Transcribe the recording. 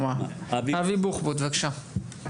אבי בוחבוט, בבקשה.